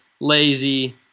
lazy